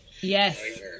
Yes